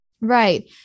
Right